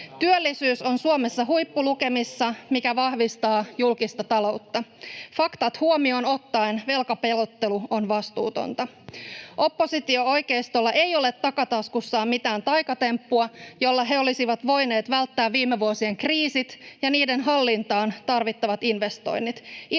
Työllisyys on Suomessa huippulukemissa, mikä vahvistaa julkista taloutta. Faktat huomioon ottaen velkapelottelu on vastuutonta. Oppositio-oikeistolla ei ole takataskussaan mitään taikatemppua, jolla he olisivat voineet välttää viime vuosien kriisit ja niiden hallintaan tarvittavat investoinnit.